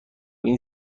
این